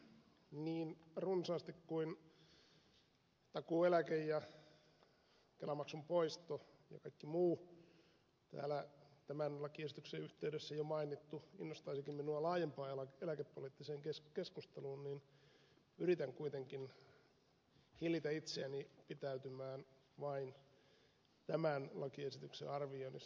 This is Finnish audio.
niin runsaasti kuin takuueläke ja kelamaksun poisto ja kaikki muu täällä tämän lakiesityksen yhteydessä jo mainittu innostaisivatkin minua laajempaan eläkepoliittiseen keskusteluun niin yritän kuitenkin hillitä itseäni pitäytymään vain tämän lakiesityksen arvioinnissa